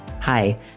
Hi